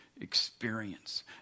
experience